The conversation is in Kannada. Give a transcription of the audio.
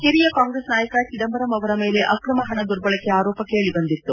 ಹಿರಿಯ ಕಾಂಗ್ರೆಸ್ ನಾಯಕ ಚಿದಂಬರಂ ಅವರ ಮೇಲೆ ಅಕ್ರಮ ಹಣ ದುರ್ಬಳಕೆ ಆರೋಪ ಕೇಳಿಬಂದಿತ್ತು